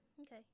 Okay